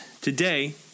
today